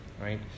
right